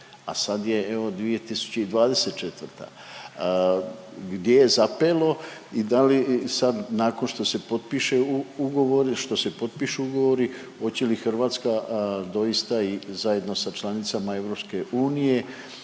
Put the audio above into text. a sad je 2024., gdje je zapelo i da li sad nakon što se potpišu ugovori hoće li Hrvatska doista i zajedno sa članicama EU